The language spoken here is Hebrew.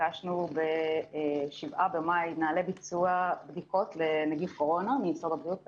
ביקשנו ב-7 במאי נוהלי ביצוע בדיקות לנגיף הקורונה ממשרד הבריאות,